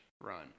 run